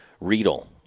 Riedel